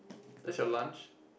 that's your lunch